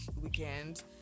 weekend